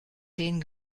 zehn